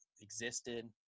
existed